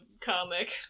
comic